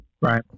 Right